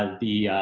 and the